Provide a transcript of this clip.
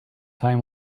time